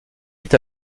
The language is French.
est